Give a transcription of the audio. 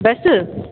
बसि